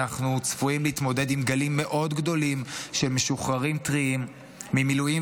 אנחנו צפויים להתמודד עם גלים מאוד גדולים של משוחררים טריים ממילואים